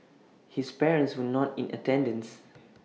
his parents were not in attendance